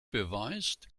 beweist